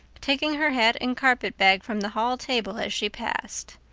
taking her hat and carpet-bag from the hall table as she passed.